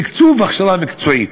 תקצוב הכשרה מקצועית,